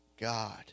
God